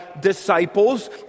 disciples